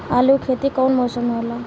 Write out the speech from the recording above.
आलू के खेती कउन मौसम में होला?